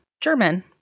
German